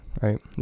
right